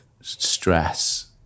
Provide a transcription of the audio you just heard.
stress